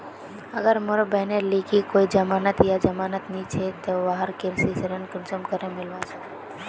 अगर मोर बहिनेर लिकी कोई जमानत या जमानत नि छे ते वाहक कृषि ऋण कुंसम करे मिलवा सको हो?